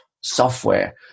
software